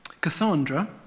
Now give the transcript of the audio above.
Cassandra